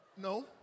No